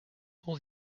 all